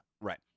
Right